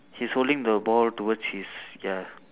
he's holding the ball towards his ya